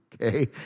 Okay